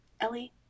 Ellie